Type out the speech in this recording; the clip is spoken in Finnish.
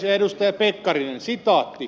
edustaja pekkarinen sitaatti